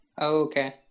Okay